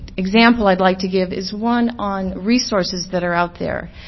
example i'd like to give is one on resources that are out there.